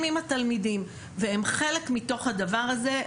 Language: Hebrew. עם התלמידים והם חלק מתוך הדבר הזה,